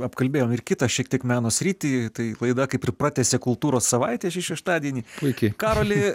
apkalbėjome ir kitą šiek tiek meno sritį tai klaida kaip ir pratęsė kultūros savaitė šį šeštadienį puikiai karoli